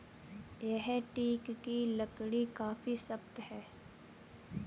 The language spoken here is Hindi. यह टीक की लकड़ी काफी सख्त है